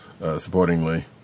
supportingly